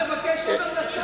הוא הלך לבקש עוד המלצות.